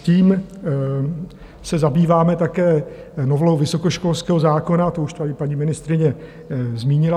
Zároveň s tím se zabýváme také novelou vysokoškolského zákona, to už tady paní ministryně zmínila.